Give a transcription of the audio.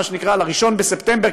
מה שנקרא לראשון בספטמבר,